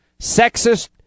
sexist